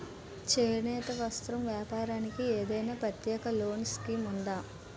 చేనేత వస్త్ర వ్యాపారానికి ఏదైనా ప్రత్యేక లోన్ స్కీం ఉందా?